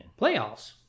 Playoffs